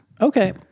Okay